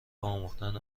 آموختن